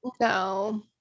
No